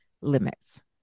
limits